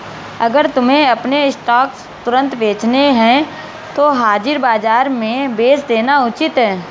अगर तुम्हें अपने स्टॉक्स तुरंत बेचने हैं तो हाजिर बाजार में बेच देना उचित है